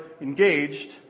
engaged